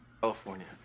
California